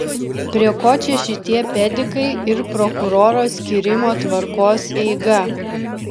prie ko čia šitie pedikai ir prokuroro skyrimo tvarkos eiga